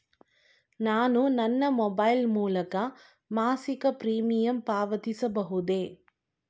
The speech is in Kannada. ನಾನು ನನ್ನ ಮೊಬೈಲ್ ಮೂಲಕ ಮಾಸಿಕ ಪ್ರೀಮಿಯಂ ಪಾವತಿಸಬಹುದೇ?